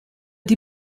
die